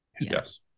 Yes